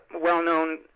well-known